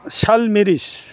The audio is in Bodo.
child marriage